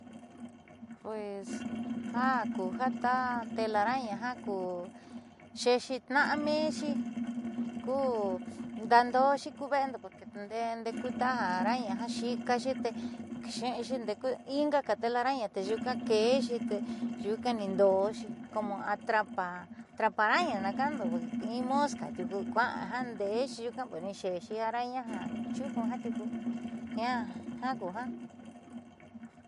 Pues ja ku ta telaraña jiaa ku xeexii na'amenxi ku ndaa'adooxi ku ve'endo porque nde'eku taja araña jaaxiikaaxi tee xe'exi ndeeku ingaka telaraña tee nyuuka ke'exi te nyuuka niindo'oxi como atraparaña na ka'ando in mosca tiuku kua'a ndeexi nyuuka pero nixe'exixi arañanchu'uko jiaa tiuku jiaa ku jaa.